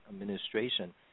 Administration